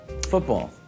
Football